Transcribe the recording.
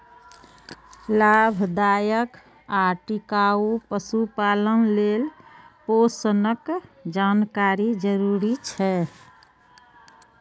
लाभदायक आ टिकाउ पशुपालन लेल पोषणक जानकारी जरूरी छै